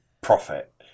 profit